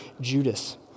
Judas